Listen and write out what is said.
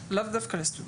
לאו דווקא לסטודנטים.